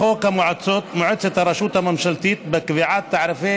לחוק את מועצת הרשות הממשלתית בקביעת תעריפי